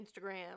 Instagram